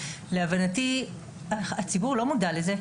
להבנתי הציבור לא מודע לזה,